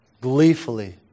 gleefully